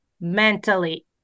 mentally